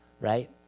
right